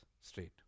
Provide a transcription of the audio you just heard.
straight